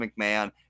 McMahon